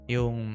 Yung